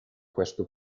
questo